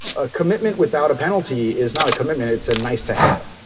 a commitment without a penalty is not a commitment, it's a nice to have.